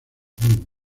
mismos